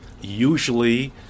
Usually